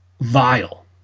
Vile